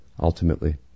ultimately